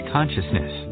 Consciousness